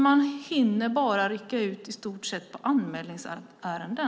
Man hinner bara rycka ut i stort sett på anmälningsärenden.